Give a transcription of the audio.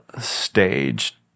stage